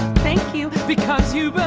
thank you because you but